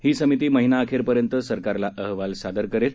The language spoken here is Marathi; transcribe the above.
ही समिती महिनाअखेरपर्यंत सरकारला अहवाल सादर करेल